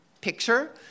picture